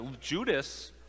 Judas